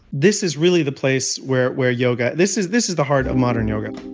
this is really the place where where yoga this is this is the heart of modern yoga